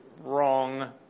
wrong